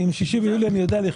עם ה-6 ביולי אני יודע לחיות,